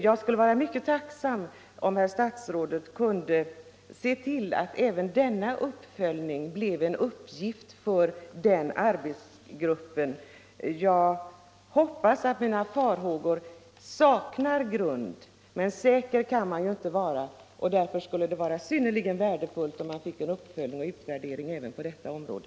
Jag skulle vara mycket tacksam om herr statsrådet såg till att även en sådan uppföljning blev en uppgift för arbetsgruppen i fråga. Jag hoppas att mina farhågor saknar grund, men säker kan man inte vara. Därför skulle det vara synnerligen värdefullt att få en uppföljning och utvärdering även på detta område.